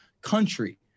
country